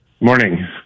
morning